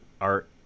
art